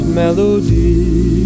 melody